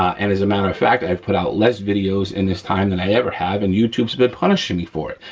and as a matter of fact, i've put out less videos in this time than i ever have and youtube's been punishing me for it,